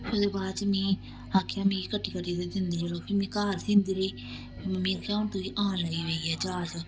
फ्ही ओह्दे बाद च मी आखेआ मिगी कट्टी कट्टी दिंदे चलो फ्ही मिगी घर सींदे रेही फिर मम्मी ने आखेआ हून तुगी आन लगी पेई ऐ जाच